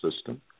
system